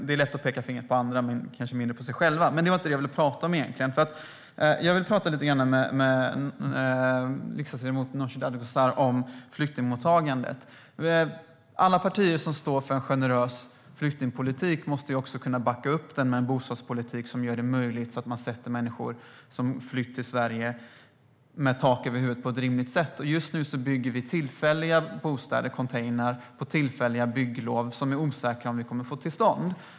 Det är lätt att peka finger åt andra men kanske mindre lätt att göra det åt sig själva. Men det var egentligen inte det jag ville prata om. Jag vill prata lite grann med riksdagsledamoten Nooshi Dadgostar om flyktingmottagandet. Alla partier som står för en generös flyktingpolitik måste ju också kunna backa upp den med en bostadspolitik som gör det möjligt att ge människor som flytt till Sverige tak över huvudet på ett rimligt sätt. Just nu bygger vi tillfälliga bostäder, containrar, med tillfälliga bygglov som det är osäkert om vi kommer att få till stånd.